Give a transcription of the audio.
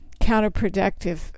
counterproductive